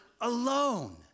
alone